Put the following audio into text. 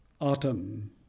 Autumn